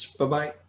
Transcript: Bye-bye